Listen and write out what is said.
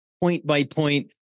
point-by-point